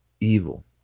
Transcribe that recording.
evil